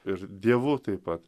ir dievu taip pa